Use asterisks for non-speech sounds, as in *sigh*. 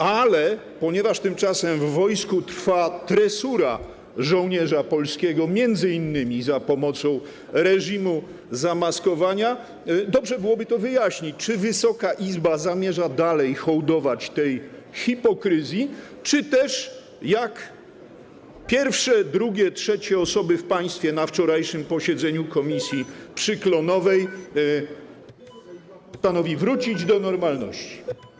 Ale ponieważ tymczasem w wojsku trwa tresura polskiego żołnierza m.in. za pomocą reżimu zamaskowania, dobrze byłoby wyjaśnić, czy Wysoka Izba zamierza dalej hołdować tej hipokryzji, czy też jak pierwsze, drugie, trzecie osoby w państwie na wczorajszym posiedzeniu komisji *noise* przy ul. Klonowej postanowi wrócić do normalności.